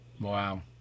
Wow